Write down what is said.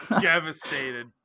Devastated